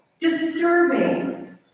disturbing